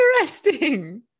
interesting